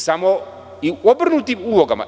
Samo u obrnutim ulogama.